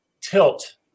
tilt